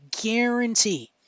guarantee